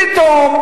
פתאום,